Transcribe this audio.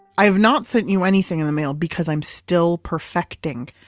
i have not sent you anything in the mail because i am still perfecting.